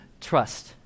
Trust